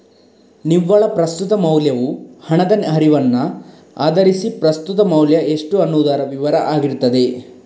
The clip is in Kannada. ನಿವ್ವಳ ಪ್ರಸ್ತುತ ಮೌಲ್ಯವು ಹಣದ ಹರಿವನ್ನ ಆಧರಿಸಿ ಪ್ರಸ್ತುತ ಮೌಲ್ಯ ಎಷ್ಟು ಅನ್ನುದರ ವಿವರ ಆಗಿರ್ತದೆ